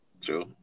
True